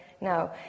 No